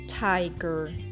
tiger